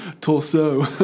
torso